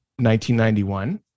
1991